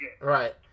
Right